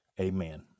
amen